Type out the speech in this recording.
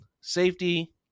safety